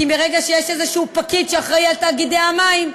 כי מרגע שיש איזשהו פקיד שאחראי לתאגידי המים,